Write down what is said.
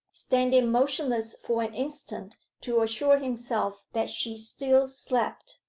standing motionless for an instant to assure himself that she still slept,